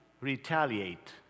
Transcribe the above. retaliate